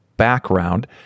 background